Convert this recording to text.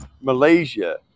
Malaysia